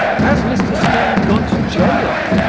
has mr. steve gone to jail